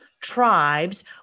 tribes